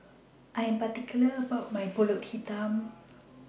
I Am particular about My Pulut Hitam